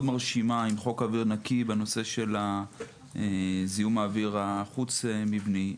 מרשימה עם חוק אוויר נקי בנושא של זיהום האוויר החוץ מבני,